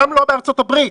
כולל ארצות הברית,